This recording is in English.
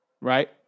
right